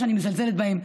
ולא שאני מזלזלת בהם,